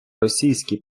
російські